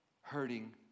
hurting